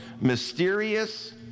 mysterious